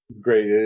Great